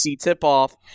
tip-off